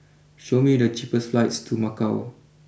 show me the cheapest flights to Macau